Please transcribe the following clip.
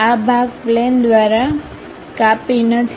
તેથી આ ભાગ પ્લેન દ્વારા કાપી નથી